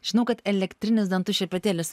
žinau kad elektrinis dantų šepetėlis